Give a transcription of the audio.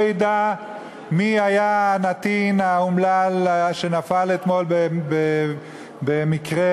ידע מי היה הנתין האומלל שנפל אתמול במקרה,